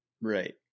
Right